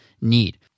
need